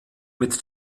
mit